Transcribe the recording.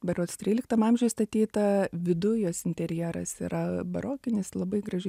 berods tryliktam amžiuj statyta viduj jos interjeras yra barokinis labai graži